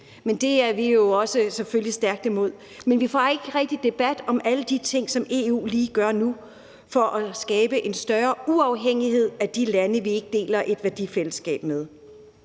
men det er vi jo selvfølgelig også stærkt imod – men vi får ikke rigtig en debat om alle de ting, som EU gør lige nu for at skabe en større uafhængighed af de lande, som vi ikke deler et værdifællesskab med.